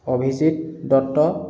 Abhijit Dutta